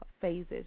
phases